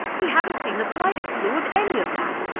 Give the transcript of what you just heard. we haven't seen the slightest clue of any of that.